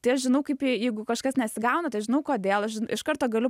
tai aš žinau kaip jai jeigu kažkas nesigauna tai aš žinau kodėl aš iš karto galiu